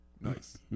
Nice